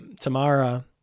Tamara